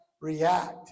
react